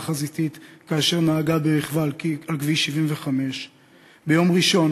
חזיתית כאשר נהגה ברכבה על כביש 75. ביום ראשון,